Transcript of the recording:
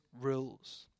rules